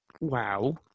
Wow